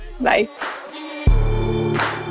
Bye